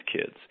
kids